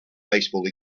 baseball